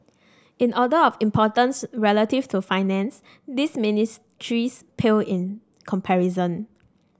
in order of importance relative to finance these ministries pale in comparison